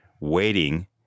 waiting